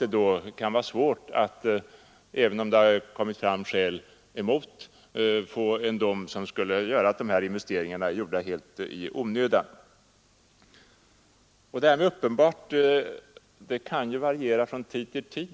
Även om det framkommit skäl emot anläggningen, kan det vara svårt att få igenom en dom som skulle innebära att dessa investeringar inte alls kan utnyttjas. Förhållandena kan givetvis också variera från tid till tid.